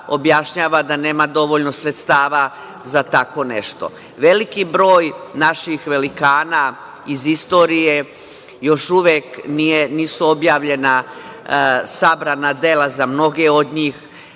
da nema dovoljno sredstava za tako nešto. Veliki broj naših velikana iz istorije još uvek nisu objavljena sabrana dela za mnoge od njih.